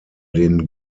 den